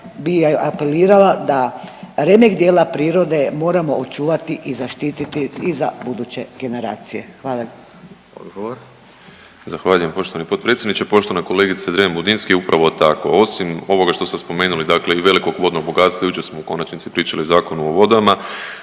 bih apelirala da remek djela prirode moramo očuvati i zaštiti i za buduće generacije. Hvala.